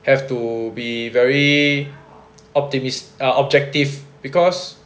have to be very optimis~ err objective because